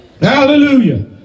Hallelujah